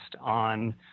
on